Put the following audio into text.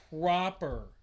proper